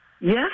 Yes